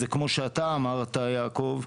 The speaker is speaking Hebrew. כמו שאתה אמרת יעקב,